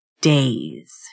days